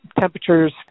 temperatures